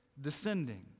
descending